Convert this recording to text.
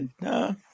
no